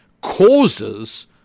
causes